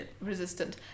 resistant